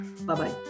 Bye-bye